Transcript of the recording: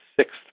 sixth